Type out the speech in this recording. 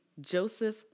Joseph